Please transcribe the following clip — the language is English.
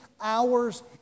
hours